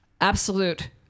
Absolute